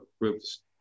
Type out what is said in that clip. groups